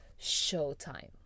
showtime